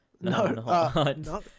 no